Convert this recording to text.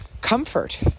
comfort